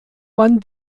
man